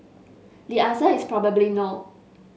the answer is probably no